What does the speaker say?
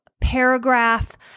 paragraph